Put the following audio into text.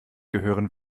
gehören